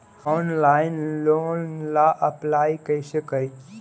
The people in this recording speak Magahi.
ऑनलाइन लोन ला अप्लाई कैसे करी?